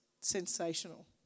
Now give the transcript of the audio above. sensational